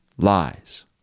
Lies